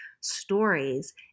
stories